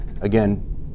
again